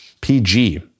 PG